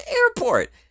airport